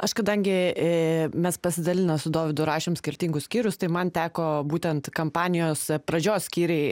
aš kadangi mes pasidalinę su dovydu rašėm skirtingus skyrius tai man teko būtent kampanijos pradžios skyriai